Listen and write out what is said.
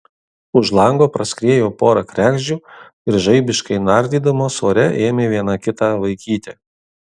už lango praskriejo pora kregždžių ir žaibiškai nardydamos ore ėmė viena kitą vaikyti